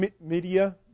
media